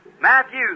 Matthew